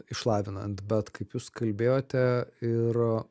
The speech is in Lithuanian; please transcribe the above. išlavinant bet kaip jūs kalbėjote ir